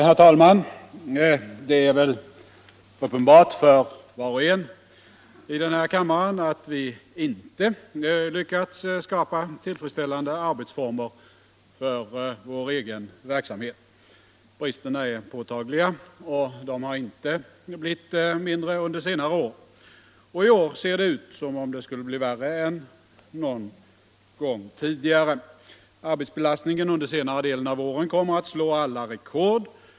Herr talman! Det är väl uppenbart för var och en i den här kammaren att vi inte lyckats skapa tillfredsställande arbetsformer för vår egen verksamhet. Bristerna är påtagliga, och de har inte blivit mindre under senare år. I år ser det ut som om det skulle bli värre än någonsin tidigare. Arbetsbelastningen under senare delen av våren kommer att slå alla rekord.